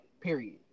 Period